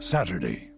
Saturday